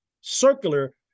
circular